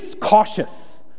cautious